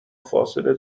فاصله